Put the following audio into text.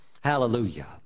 hallelujah